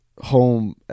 home